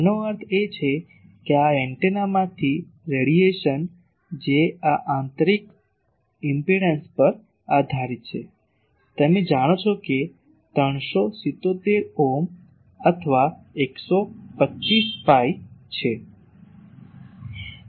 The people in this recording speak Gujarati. આનો અર્થ એ છે કે આ એન્ટેનામાંથી રેડિયેશન જે આ આંતરિક ઈમ્પડંસ પર આધારિત છે તમે જાણો છો કે તે 377 ઓહ્મ અથવા 125 પાઇ છે